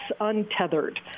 Untethered